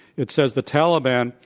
it says the taliban,